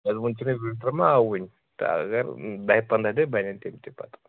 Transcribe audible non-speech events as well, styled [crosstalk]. [unintelligible] winter ما آو وٕنۍ تہٕ اگر دَہہِ پنٛدہٕے دۄہہِ بَنن تِم تہِ پَتہٕ